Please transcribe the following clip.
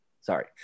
sorry